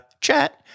chat